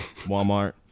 Walmart